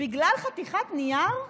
בגלל חתיכת נייר?